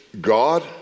God